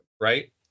right